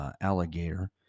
alligator